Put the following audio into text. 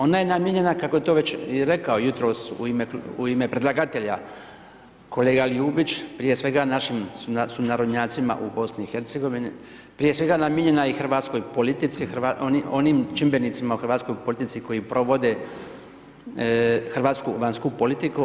Ona je namijenjena kako je to već rekao jutros u ime predlagatelja, kolega Ljubić, prije svega našim sunarodnjacima u BIH, prije svega namijenjena je hrvatskoj politici, onim čimbenicima u hrvatskoj politici koji provode hrvatsku vanjsku politiku.